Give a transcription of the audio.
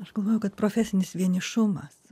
aš galvoju kad profesinis vienišumas